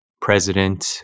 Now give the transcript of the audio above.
president